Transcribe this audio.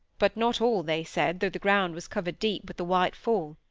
but not all, they said, though the ground was covered deep with the white fall.